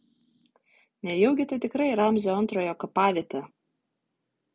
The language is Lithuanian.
nejaugi tai tikrai ramzio antrojo kapavietė